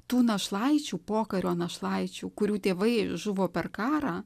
tų našlaičių pokario našlaičių kurių tėvai žuvo per karą